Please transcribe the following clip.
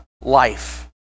life